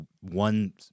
one